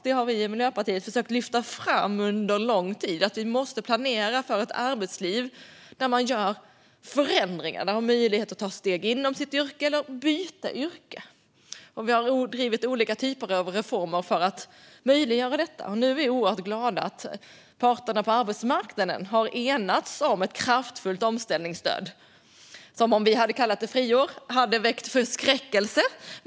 Det har vi i Miljöpartiet försökt lyfta fram under lång tid, alltså att vi måste planera för ett arbetsliv där man gör förändringar - där man har möjlighet att ta steg inom sitt yrke eller byta yrke. Vi har drivit olika typer av reformer för att möjliggöra detta. Nu är vi oerhört glada över att parterna på arbetsmarknaden har enats om ett kraftfullt omställningsstöd. Om vi hade kallat det friår hade det väckt förskräckelse.